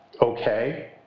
okay